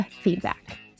feedback